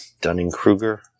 Dunning-Kruger